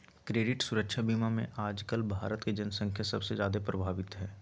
credit सुरक्षा बीमा मे आजकल भारत के जन्संख्या सबसे जादे प्रभावित हय